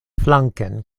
flanken